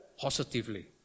positively